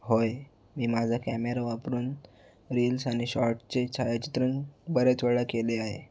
होय मी माझा कॅमेरा वापरून रिल्स आणि शॉर्टचे छायाचित्रण बऱ्याच वेळा केले आहे